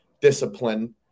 discipline